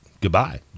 goodbye